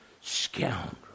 scoundrel